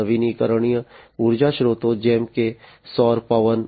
અને નવીનીકરણીય ઉર્જા સ્ત્રોતો જેમ કે સૌર પવન